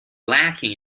lacking